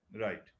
right